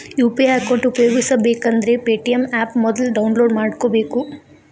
UPI account ಉಪಯೋಗಿಸಬೇಕಂದ್ರ Paytm app ಮೊದ್ಲ download ಮಾಡ್ಕೋಬೇಕು